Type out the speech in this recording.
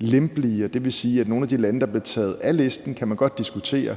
lempelige, og det vil sige, at med hensyn til nogle af de lande, der bliver taget af listen, kan man godt diskutere,